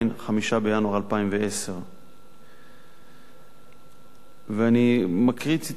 5 בינואר 2010. אני מקריא ציטוטים